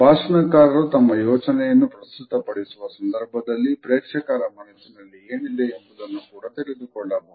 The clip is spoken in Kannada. ಭಾಷಣಕಾರರು ತಮ್ಮ ಯೋಚನೆಯನ್ನು ಪ್ರಸ್ತುತಪಡಿಸುವ ಸಂದರ್ಭದಲ್ಲಿ ಪ್ರೇಕ್ಷಕರ ಮನಸ್ಸಿನಲ್ಲಿ ಏನಿದೆ ಎಂಬುದನ್ನು ಕೂಡ ತಿಳಿದುಕೊಳ್ಳಬಹುದು